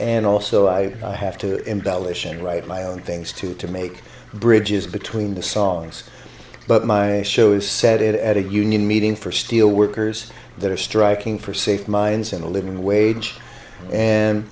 and also i have to embellish and write my own things too to make bridges between the songs but my shows set it at a union meeting for steelworkers that are striking for safe mines and a living wage and